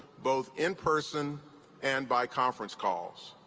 both in person and by conference calls.